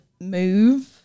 move